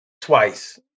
twice